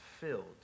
filled